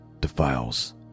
defiles